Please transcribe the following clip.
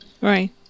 Right